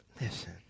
listen